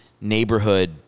neighborhood